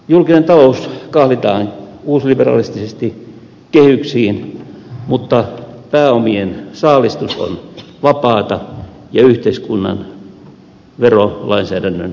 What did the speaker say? julkinen talous kahlitaan uusliberalistisesti kehyksiin mutta pääomien saalistus on vapaata ja yhteiskunnan verolainsäädännön tukemaa